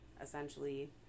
essentially